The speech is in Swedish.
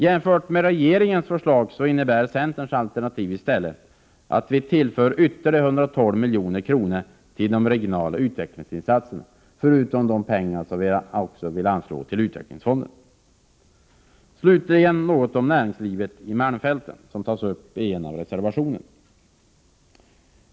Jämfört med regeringens förslag innebär centerns alternativ att vi tillför ytterligare 112 milj.kr. till regionala utvecklingsinsatser, förutom de pengar som vi vill anslå till utvecklingsfonderna. Slutligen något om näringslivet i malmfälten som tas upp i en av reservationerna.